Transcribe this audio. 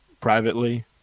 privately